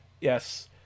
Yes